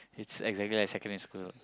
it's exactly like secondary school